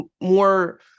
more